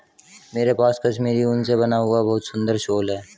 मेरे पास कश्मीरी ऊन से बना हुआ बहुत सुंदर शॉल है